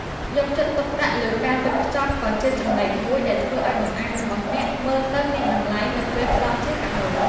យកចិត្តទុកដាក់លើការវេចខ្ចប់ក៏ជាចំណែកមួយដែលធ្វើឱ្យបង្អែមរបស់អ្នកមើលទៅមានតម្លៃនៅពេលផ្ដល់ជាកាដូ។